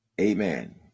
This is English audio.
Amen